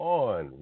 on